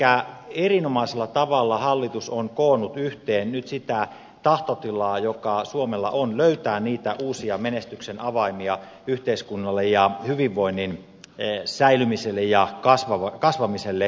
elikkä erinomaisella tavalla hallitus on nyt koonnut yhteen sitä tahtotilaa joka suomella on löytää niitä uusia menestyksen avaimia yhteiskunnalle ja hyvinvoinnin säilymiselle ja kasvamiselle